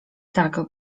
tak